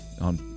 on